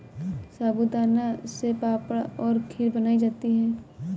साबूदाना से पापड़ और खीर बनाई जाती है